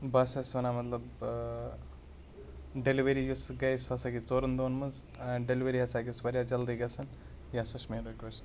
بہٕ ہَسا چھُس وَنان مطلب ٲں ڈیٚلؤری یۄس گٔے سۄ ہَسا گٔے ژورَن دۄہَن منٛز ٲں ڈیٚلؤری ہَسا گٔژھ واریاہ جلدی گژھٕنۍ یہِ ہَسا چھِ میٲنۍ رِکویٚسٹہٕ